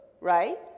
right